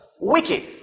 wicked